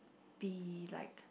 be like